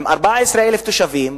הם 14,000 תושבים,